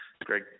Greg